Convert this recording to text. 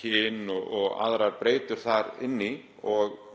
kynin og aðrar breytur þar inn í.